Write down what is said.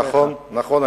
נכון, נכון.